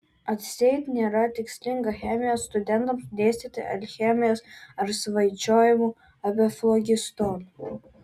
atseit nėra tikslinga chemijos studentams dėstyti alchemijos ar svaičiojimų apie flogistoną